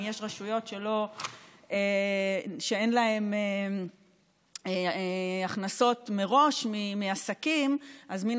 אם יש רשויות שאין להן הכנסות מראש מעסקים אז מן